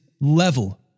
level